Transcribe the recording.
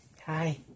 hi